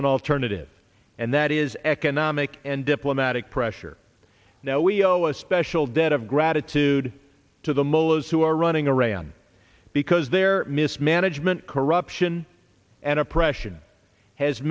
an alternative and that is economic and diplomatic pressure now we owe a special debt of gratitude to the mullahs who are running around because their mismanagement corruption and oppression has